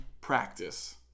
practice